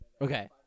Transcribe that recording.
Okay